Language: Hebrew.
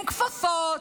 עם כפפות,